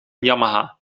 yamaha